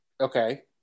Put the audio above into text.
Okay